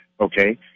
Okay